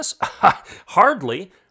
Hardly